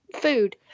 food